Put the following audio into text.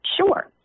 Sure